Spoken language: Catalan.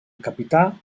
capità